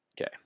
Okay